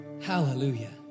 Hallelujah